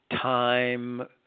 time